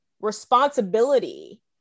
responsibility